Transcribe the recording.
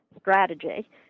strategy